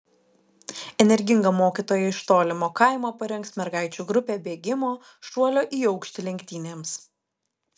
energinga mokytoja iš tolimo kaimo parengs mergaičių grupę bėgimo šuolio į aukštį lenktynėms